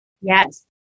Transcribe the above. Yes